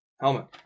Helmet